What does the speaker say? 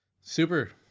Super